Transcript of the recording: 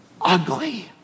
ugly